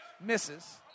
Misses